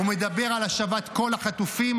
הוא מדבר על השבת כל החטופים,